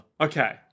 okay